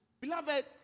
Beloved